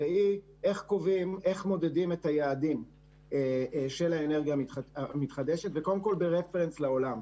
והיא איך מודדים את היעדים של האנרגיה המתחדשת ביחס לעולם.